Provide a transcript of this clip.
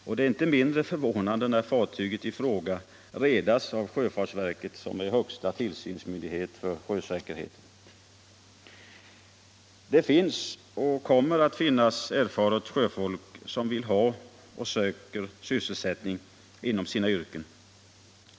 Och det är inte mindre förvånande när fartyget i fråga redas av sjöfartsverket som är högsta tillsynsmyndighet för sjösäkerheten. Det finns, och kommer att finnas, erfaret sjöfolk som vill ha och söker sysselsättning inom sina yrken.